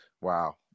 Wow